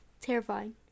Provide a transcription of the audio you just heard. Terrifying